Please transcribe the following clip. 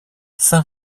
saint